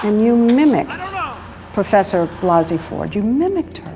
and you mimicked professor blasey ford. you mimicked her!